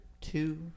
two